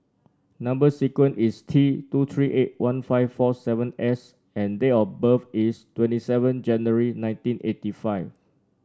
number sequence is T two three eight one five four seven S and date of birth is twenty seven January nineteen eighty five